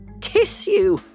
Tissue